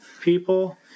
people